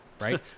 right